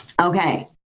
Okay